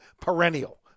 Perennial